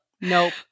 Nope